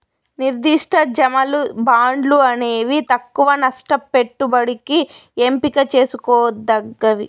నిర్దిష్ట జమలు, బాండ్లు అనేవి తక్కవ నష్ట పెట్టుబడికి ఎంపిక చేసుకోదగ్గవి